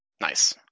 Nice